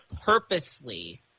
purposely